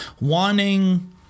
wanting